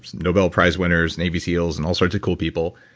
nobel prize winners, navy seals and all sorts of cool people,